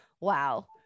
wow